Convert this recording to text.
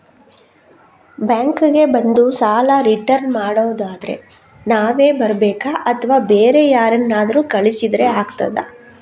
Bank ಗೆ ಬಂದು ಸಾಲ ರಿಟರ್ನ್ ಮಾಡುದಾದ್ರೆ ನಾವೇ ಬರ್ಬೇಕಾ ಅಥವಾ ಬೇರೆ ಯಾರನ್ನಾದ್ರೂ ಕಳಿಸಿದ್ರೆ ಆಗ್ತದಾ?